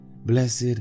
Blessed